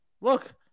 look